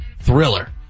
thriller